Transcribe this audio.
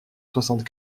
soixante